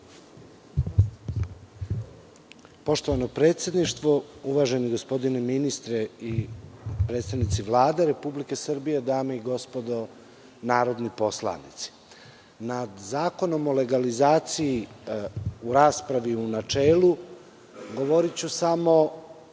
Poštovano predsedništvo, uvaženi gospodine ministre i predstavnici Vlade Republike Srbije, dame i gospodo narodni poslanici, nad Zakonom o legalizaciji u raspravi u načelu govoriću samo